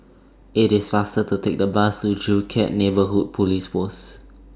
IT IS faster to Take The Bus to Joo Chiat Neighbourhood Police Post